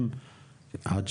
בצו,